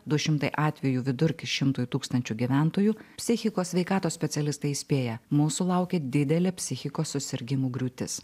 du šimtai atvejų vidurkis šimtui tūkstančių gyventojų psichikos sveikatos specialistai įspėja mūsų laukia didelė psichikos susirgimų griūtis